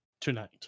tonight